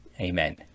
Amen